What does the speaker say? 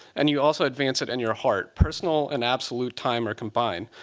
and you also advance it in your heart. personal and absolute time are combined.